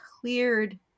cleared